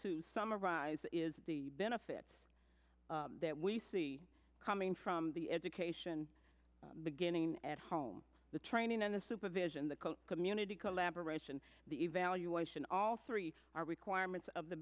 to summarize is the benefits that we see coming from the education beginning at home the training and the supervision the community collaboration the evaluation all three are requirements of the